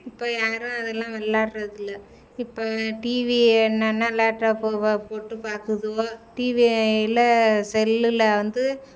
இப்போ யாரும் அதெல்லாம் வெளாடுறதில்ல இப்போ டிவி என்னென்னால் லேப்டாப்பு வா போட்டு பார்க்குதுவோ டிவியில் செல்லில் வந்து